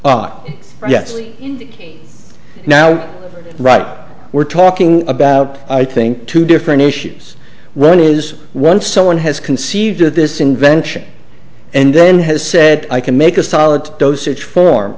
ought yes now right we're talking about i think two different issues one is one someone has conceived of this invention and then has said i can make a solid dosage form